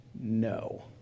no